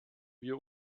wir